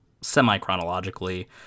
semi-chronologically